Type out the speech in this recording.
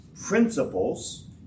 principles